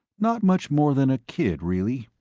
not much more than a kid, really.